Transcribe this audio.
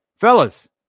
Fellas